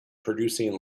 producing